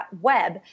web